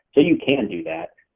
so you can do that,